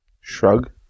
Shrug